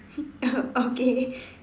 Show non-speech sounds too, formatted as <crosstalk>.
<laughs> okay